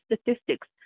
statistics